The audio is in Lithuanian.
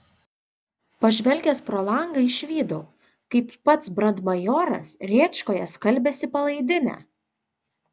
pažvelgęs pro langą išvydau kaip pats brandmajoras rėčkoje skalbiasi palaidinę